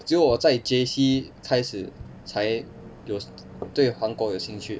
只有我在 J_C 开始才有对韩国有兴趣